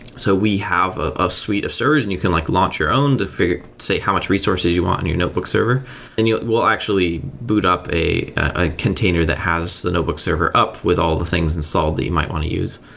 so we have a suite of servers and you can like launch your own to say how much resources you want in and your notebook server and you will actually boot up a a container that has the notebook server up with all the things and solve that you might want to use.